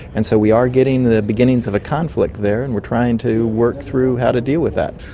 and so we are getting the beginnings of a conflict there and we're trying to work through how to deal with that.